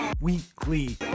Weekly